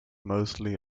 mostly